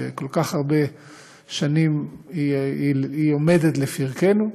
שכל כך הרבה שנים היא עומדת לפתחנו,